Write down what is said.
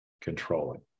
controlling